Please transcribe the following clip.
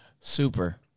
Super